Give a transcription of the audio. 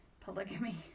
polygamy